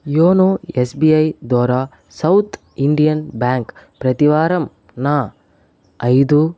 YONO SBI ద్వారా South Indian Bank ప్రతివారం నా ఐదు